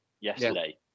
yesterday